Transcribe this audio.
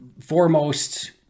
foremost